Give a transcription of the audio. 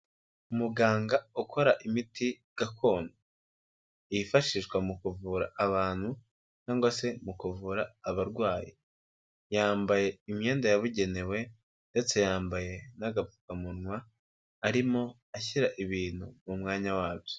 Umuganga ukora imiti gakondo, yifashishwa mu kuvura abantu cyangwa se mu kuvura abarwayi, yambaye imyenda yabugenewe ndetse yambaye n'agapfukamunwa, arimo ashyira ibintu mu mwanya wabyo.